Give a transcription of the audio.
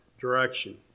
direction